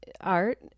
art